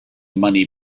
money